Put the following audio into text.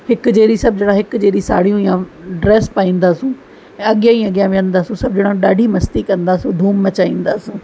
हिक जहिड़ी सभु जणा हिक जहिड़ी साड़ियूं यां ड्रेस पाईंदासीं ऐं अॻियां ई अॻियां विहंदासीं सभु ॼणा ॾाढी मस्ती कंदासीं धूम मचाईंदासीं